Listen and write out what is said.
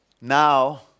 now